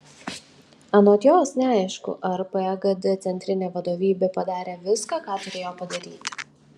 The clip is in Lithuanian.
anot jos neaišku ar pagd centrinė vadovybė padarė viską ką turėjo padaryti